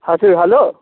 हजुर हेलो